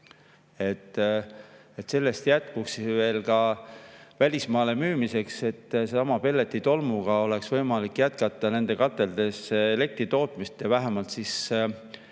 et sellest jätkuks veel ka välismaale müümiseks. Sellesama pelleti tolmuga oleks võimalik jätkata nendes kateldes elektri tootmist vähemalt tipukoormuste